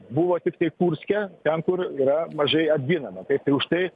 buvo tiktai kurske ten kur yra mažai apginama tai užtai